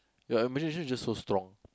ya your imagination is just so strong